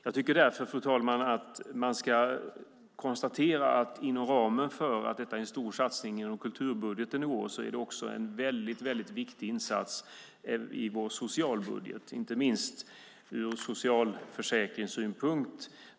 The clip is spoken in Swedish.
Jag tycker därför, fru talman, att man kan konstatera att detta är en stor satsning inom kulturbudgeten i år, men det är också en mycket viktig insats i vår socialbudget, inte minst ur socialförsäkringssynpunkt.